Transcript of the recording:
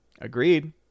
Agreed